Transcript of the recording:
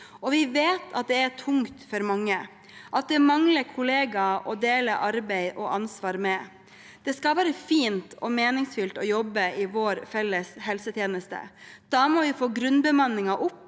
Vi vet at det er tungt for mange at det mangler kollegaer å dele arbeid og ansvar med. Det skal være fint og meningsfylt å jobbe i vår felles helsetjeneste. Da må vi få grunnbemanningen opp,